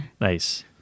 Nice